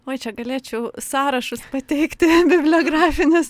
oj čia galėčiau sąrašus pateikti bibliografinius